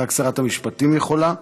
רק שרת המשפטים יכולה,